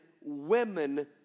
women